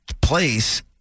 place